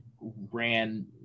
ran